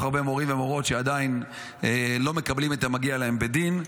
הרבה מורים ומורות שעדיין לא מקבלים את המגיע להם בדין.